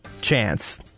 chance